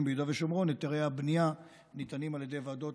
ביהודה ושומרון היתרי הבנייה ניתנים על ידי ועדות